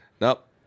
Nope